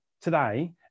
today